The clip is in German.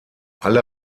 alle